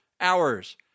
hours